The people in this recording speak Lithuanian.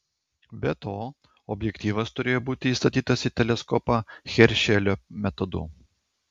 be to objektyvas turėjo būti įstatytas į teleskopą heršelio metodu